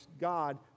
God